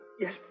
Yes